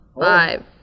Five